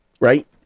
right